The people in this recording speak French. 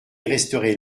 resterait